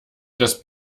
das